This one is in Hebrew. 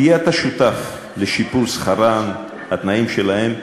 תהיה אתה שותף לשיפור שכרם, לשיפור התנאים שלהם.